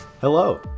Hello